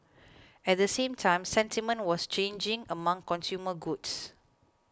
at the same time sentiment was changing among consumer goods